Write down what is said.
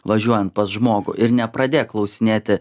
važiuojant pas žmogų ir nepradėk klausinėti